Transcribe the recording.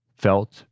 felt